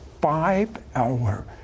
five-hour